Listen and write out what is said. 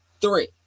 three